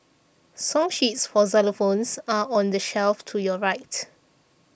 song sheets for xylophones are on the shelf to your right